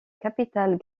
capitale